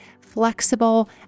flexible